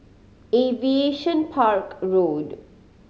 Aviation Park Road